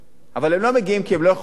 אבל הם לא מגיעים כי הם לא יכולים להגיע.